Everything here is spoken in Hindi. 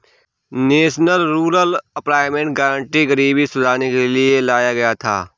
नेशनल रूरल एम्प्लॉयमेंट गारंटी गरीबी सुधारने के लिए लाया गया था